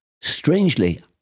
Strangely